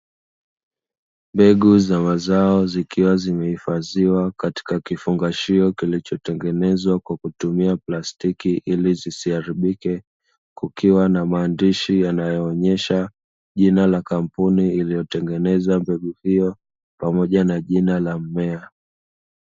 Mbegu za mazao zikiwa zimehifadhiwa katika kifungashio kilichotengenezwa kwa kutumia plastiki ili zisiharibike, kukiwa na maandishi yanayoonesha jina la kampuni iliyotengeneza mbegu hiyo pamoja na jina la mmea.